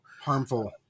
Harmful